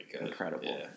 incredible